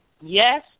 Yes